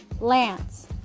Lance